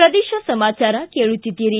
ಪ್ರದೇಶ ಸಮಾಚಾರ ಕೇಳುತ್ತಿದ್ದೀರಿ